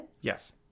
yes